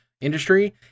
industry